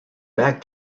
back